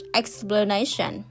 explanation